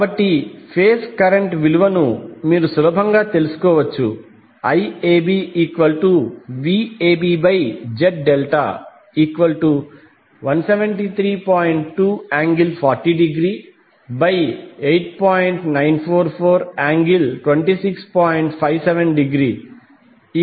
కాబట్టి phase current విలువను మీరు సులభంగా తెలుసుకోవచ్చు IABVABZ∆173